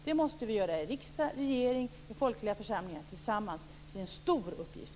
Det måste vi göra i riksdag, regering och i folkliga församlingar tillsammans, eftersom det är en stor uppgift.